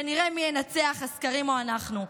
ונראה מי ינצח, הסקרים או אנחנו.